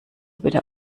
bitte